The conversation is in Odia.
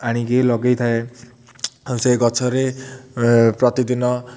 ଆଣିକି ଲଗାଇ ଥାଏ ଆଉ ସେ ଗଛରେ ପ୍ରତିଦିନ